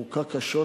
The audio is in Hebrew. הוכה קשות,